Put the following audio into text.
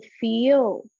feel